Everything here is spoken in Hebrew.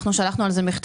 אנחנו שלחנו על זה מכתבים,